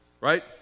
right